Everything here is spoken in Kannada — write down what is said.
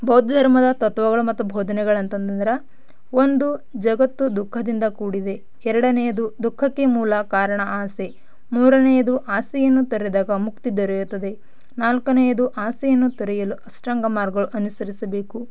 ಬೌದ್ಧ ಧರ್ಮದ ತತ್ವಗಳು ಮತ್ತು ಬೋಧನೆಗಳೆಂತಂದಂದ್ರೆ ಒಂದು ಜಗತ್ತು ದುಃಖದಿಂದ ಕೂಡಿದೆ ಎರಡನೆಯದು ದುಃಖಕ್ಕೆ ಮೂಲ ಕಾರಣ ಆಸೆ ಮೂರನೆಯದು ಆಸೆಯನ್ನು ತೊರೆದಾಗ ಮುಕ್ತಿ ದೊರೆಯುತ್ತದೆ ನಾಲ್ಕನೆಯದು ಆಸೆಯನ್ನು ತೊರೆಯಲು ಅಷ್ಟಾಂಗ ಮಾರ್ಗ ಅನುಸರಿಸಬೇಕು